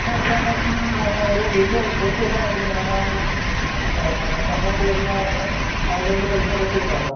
എത്രയാണെന്ന് ഒരു ബില് കൊടുത്തുവിട്ടാല് മതി ഞാന് ഇങ്ങോട്ട് വരുന്നയാളുടെ കയ്യില് പൈസ കൊടുത്തുവിട്ടേക്കാം